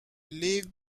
lived